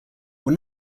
were